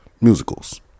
musicals